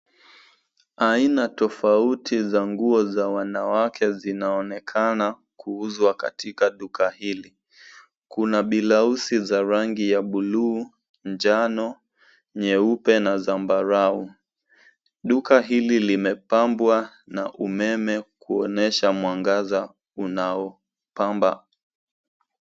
Aina tofauti za nguo za wanawake zinaonekana kuuzwa katika duka hili. Kuna bilauzi za rangi ya buluu, njano, nyeupe na zambarau. Duka hili limepambwa na umeme kuonyesha mwangaza unaopamba.